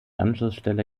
anschlussstelle